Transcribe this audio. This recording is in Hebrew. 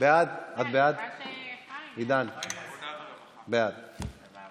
ההצעה להעביר את הנושא לוועדת העבודה,